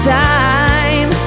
time